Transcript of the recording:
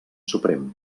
suprem